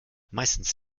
meistens